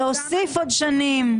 להוסיף עוד שנים.